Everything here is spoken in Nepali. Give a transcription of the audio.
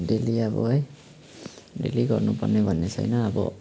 डेली अब है डेली गर्नुपर्ने भन्ने छैन अब